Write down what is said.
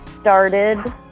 started